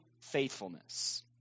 faithfulness